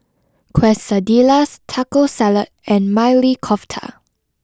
Quesadillas Taco Salad and Maili Kofta